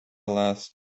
last